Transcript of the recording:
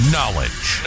Knowledge